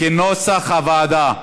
כנוסח הוועדה.